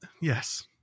Yes